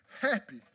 happy